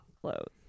clothes